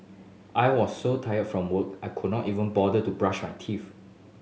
I was so tired from work I could not even bother to brush my teeth